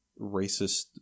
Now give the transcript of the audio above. racist